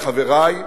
על חברי,